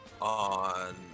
on